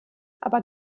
aber